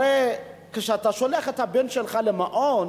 הרי כשאתה שולח את הבן שלך למעון